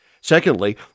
Secondly